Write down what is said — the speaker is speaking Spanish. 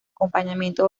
acompañamiento